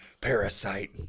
Parasite